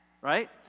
Right